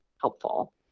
helpful